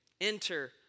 enter